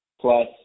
plus